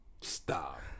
Stop